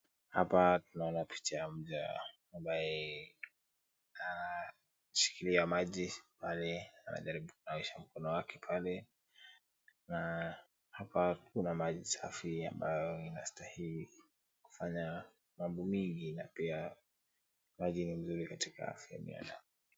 Hapa tunaona picha ya mja anayeshikilia maji pale anajaribu kunawisha mikono yake pale, na hapa kuna maji safi ambayo inastahili kufanya mambo mingi na pia maji ni mzuri katika maisha ya binadamu.